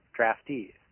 draftees